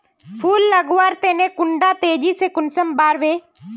फुल लगवार तने कुंडा तेजी से कुंसम बार वे?